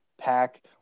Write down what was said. pack